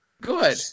good